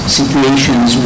situations